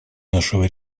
нашего